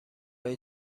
های